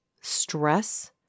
stress